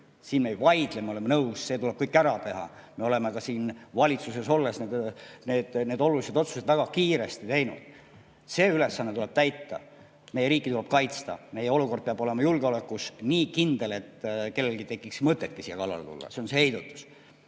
siis me ei vaidle. Me oleme nõus, et see tuleb kõik ära teha. Me oleme ka valitsuses olles need olulised otsused väga kiiresti teinud. See ülesanne tuleb täita. Meie riiki tuleb kaitsta. Meie julgeolekuolukord peab olema nii kindel, et kellelgi ei tekiks mõtetki meile kallale tulla. See on see heidutus.